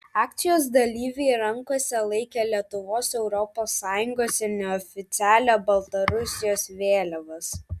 akcijos dalyviai rankose laikė lietuvos europos sąjungos ir neoficialią baltarusijos vėliavas